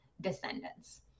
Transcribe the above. descendants